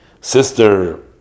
sister